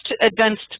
advanced